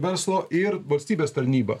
verslo ir valstybės tarnybą